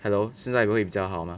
hello 现在会比较好 mah